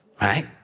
right